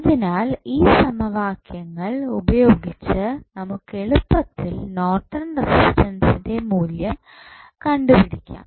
അതിനാൽ ഈ സമവാക്യങ്ങൾ ഉപയോഗിച്ച് നമുക്ക് എളുപ്പത്തിൽ നോർട്ടൺ റെസിസ്റ്റൻസിന്റെ മൂല്യം കണ്ടുപിടിക്കാം